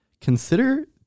consider